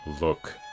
Look